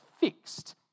fixed